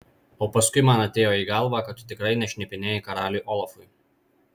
o paskui man atėjo į galvą kad tu tikrai nešnipinėjai karaliui olafui